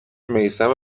میثم